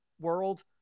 world